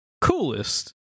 coolest